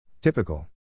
Typical